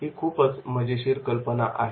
ही खूपच मजेशीर कल्पना आहे